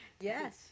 yes